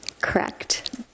correct